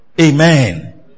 Amen